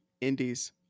indies